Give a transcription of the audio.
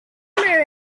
mirror